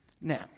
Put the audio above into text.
Now